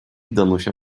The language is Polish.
danusia